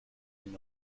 been